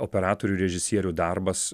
operatorių režisierių darbas